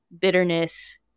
bitterness